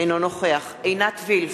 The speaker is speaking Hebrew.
אינו נוכח עינת וילף,